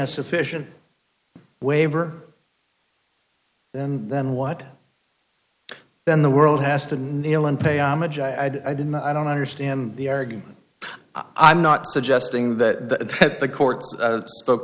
a sufficient waiver then what then the world has to kneel and pay homage i did not i don't understand the argument i'm not suggesting that the courts spoke